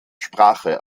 sprache